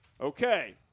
Okay